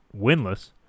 winless